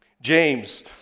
James